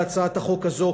בהצעת החוק הזאת,